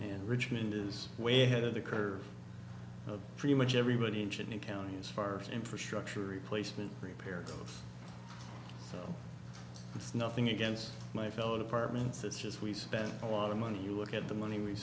and richmond is way ahead of the curve of pretty much everybody ingenue county as far as infrastructure replacement prepared so it's nothing against my fellow departments it's just we spent a lot of money you look at the money we